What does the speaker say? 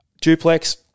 Duplex